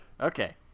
Okay